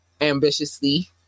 Ambitiously